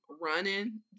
running